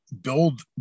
build